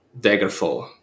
Daggerfall